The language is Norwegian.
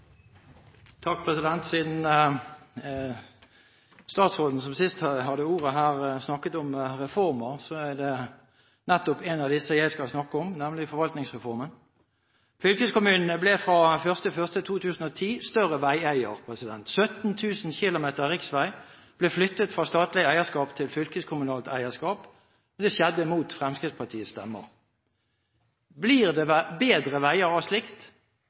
det nettopp en av disse jeg skal snakke om – nemlig Forvaltningsreformen. Fylkeskommunene ble fra 1. januar 2010 større veieiere. 17 000 km riksveier ble flyttet fra statlig eierskap til fylkeskommunalt eierskap. Det skjedde mot Fremskrittspartiets stemmer. Blir det bedre veier av slikt?